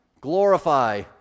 glorify